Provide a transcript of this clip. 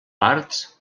parts